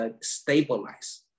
stabilize